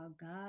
God